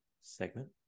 segment